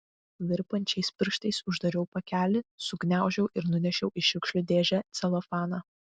virpančiais pirštais uždariau pakelį sugniaužiau ir nunešiau į šiukšlių dėžę celofaną